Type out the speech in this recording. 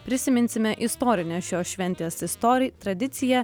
prisiminsime istorinę šios šventės istor tradiciją